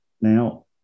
Now